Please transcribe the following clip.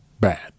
bad